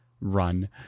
run